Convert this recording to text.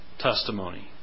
testimony